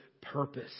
purpose